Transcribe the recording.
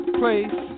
place